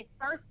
first